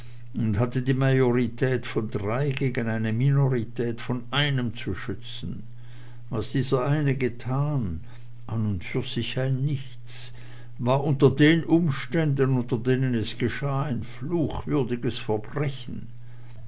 und hatte die majorität von drei gegen eine minorität von einem zu schützen was dieser eine getan an und für sich ein nichts war unter den umständen unter denen es geschah ein fluchwürdiges verbrechen